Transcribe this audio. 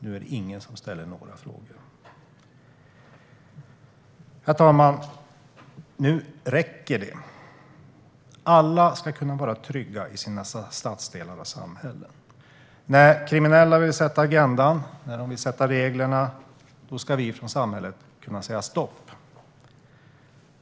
Nu är det ingen som ställer några frågor. Herr talman! Nu räcker det! Alla ska kunna vara trygga i sina stadsdelar och samhällen. När kriminella vill sätta agendan och reglerna, då ska vi från samhället kunna säga stopp.